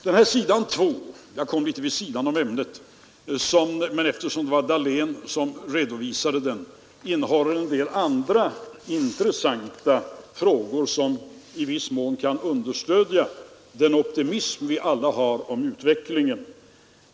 På s. 2 behandlas en del andra intressanta frågor som i viss mån kan understödja den optimism vi alla hyser inför utvecklingen — jag kom litet vid sidan av ämnet, eftersom det var herr Dahlén som redovisade detta.